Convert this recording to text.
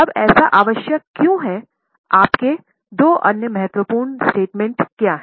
अब ऐसा आवश्यक क्यों हैआपके दो अन्य महत्वपूर्ण स्टेटमेंट क्या हैं